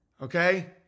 okay